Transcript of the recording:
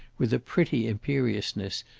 with a pretty imperiousness,